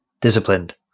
disciplined